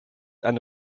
eine